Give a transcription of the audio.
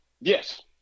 Yes